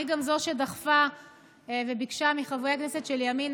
אני גם זו שדחפה וביקשה מחברי הכנסת של ימינה,